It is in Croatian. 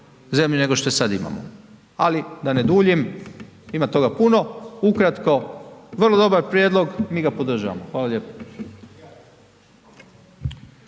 zemlju nego što je sada imamo, ali da ne duljim ima toga puno. Ukratko vrlo dobar prijedlog mi ga podržavamo. Hvala lijepo.